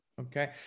Okay